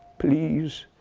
please,